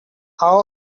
how